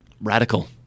Radical